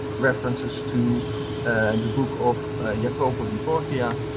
references to and the book of jacopo di porcia,